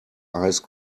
ice